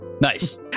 Nice